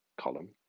column